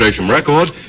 Record